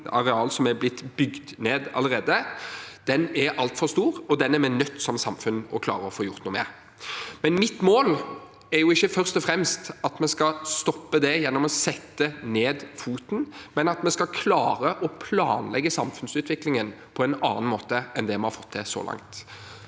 som er blitt bygd ned allerede, er altfor stor, og det er vi som samfunn nødt til å klare å få gjort noe med. Mitt mål er ikke først og fremst at vi skal stoppe det gjennom å sette ned foten, men at vi skal klare å planlegge samfunnsutviklingen på en annen måte enn det vi har fått til så langt.